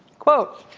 quote,